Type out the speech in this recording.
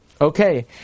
Okay